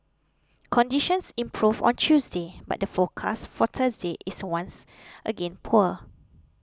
conditions improved on Tuesday but the forecast for Thursday is once again poor